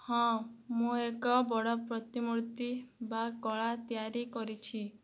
ହଁ ମୁଁ ଏକ ବଡ଼ ପ୍ରତିମୂର୍ତ୍ତି ବା କଳା ତିଆରି କରିଛି